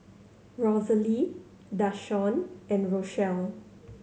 Rosalie Dashawn and Rochelle